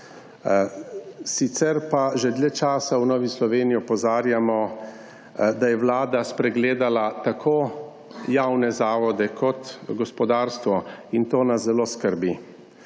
Sicer pa že dlje časa v Novi Sloveniji opozarjamo, da je vlada spregledala tako javne zavode kot gospodarstvo. In to nas zelo skrbi.